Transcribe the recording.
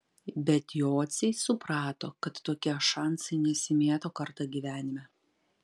bet jociai suprato kad tokie šansai nesimėto kartą gyvenime